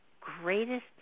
greatest